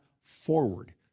forward